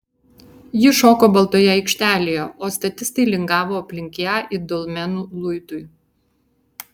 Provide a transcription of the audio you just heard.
ji šoko baltoje aikštelėje o statistai lingavo aplink ją it dolmenų luitui